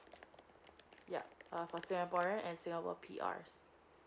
yup uh for singaporean and singapore P_R